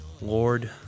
Lord